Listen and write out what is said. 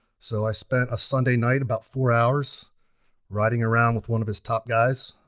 so i spent a sunday night about four hours riding around with one of his top guys